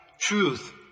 truth